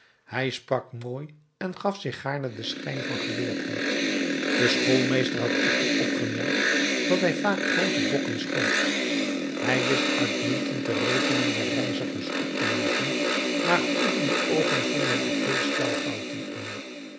hij sprak mooi en gaf zich gaarne den schijn van geleerdheid de schoolmeester had echter opgemerkt dat hij vaak groote bokken schoot hij wist uitmuntend de rekening der reizigers op te maken maar geoefende oogen vonden er veel spelfouten in